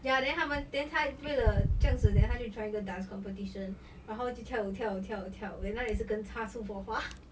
ya then 他们 then 他为了这样子 then 她就去 join 一个 dance competition 然后就跳跳跳 then 她也是跟擦出火花